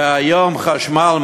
והיום חשמל,